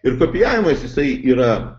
ir kopijavimas jisai yra